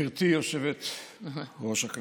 גברתי היושבת-ראש,